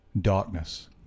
DARKNESS